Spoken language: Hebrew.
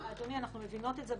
אנחנו מבינות את זה,